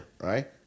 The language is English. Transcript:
right